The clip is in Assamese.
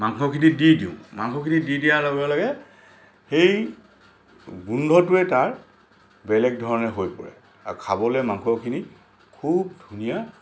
মাংসখিনিত দি দিওঁ মাংসখিনিত দি দিয়াৰ লগে লগে সেই গোন্ধটোৱে তাৰ বেলেগ ধৰণে হৈ পৰে আৰু খাবলৈ মাংসখিনি খুব ধুনীয়া